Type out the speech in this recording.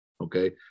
Okay